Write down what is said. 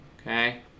okay